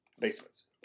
basements